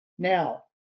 Now